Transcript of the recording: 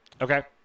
Okay